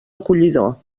acollidor